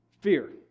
Fear